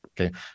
okay